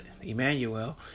Emmanuel